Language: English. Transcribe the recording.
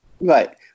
Right